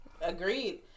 Agreed